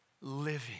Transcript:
living